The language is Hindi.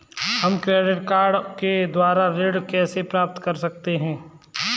हम क्रेडिट कार्ड के द्वारा ऋण कैसे प्राप्त कर सकते हैं?